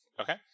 Okay